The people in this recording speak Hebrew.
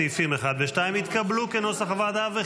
סעיפים 1 ו-2, כנוסח הוועדה, התקבלו.